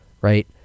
right